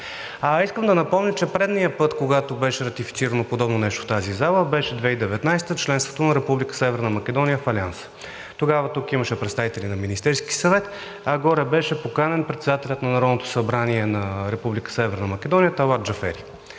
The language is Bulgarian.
Искам да напомня, че предния път, когато беше ратифицирано подобно нещо в тази зала, беше 2019 г. – членството на Република Северна Македония в Алианса. Тогава тук имаше представители на Министерския съвет, а горе беше поканен председателят на Народното събрание на Република Северна